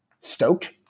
stoked